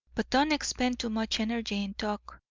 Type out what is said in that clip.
but don't expend too much energy in talk.